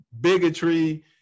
bigotry